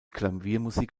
klaviermusik